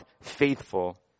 faithful